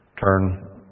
turn